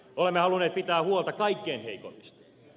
olemme halunneet pitää huolta kaikkein heikoimmista